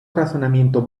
razonamiento